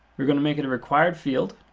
we're going to make it a required field.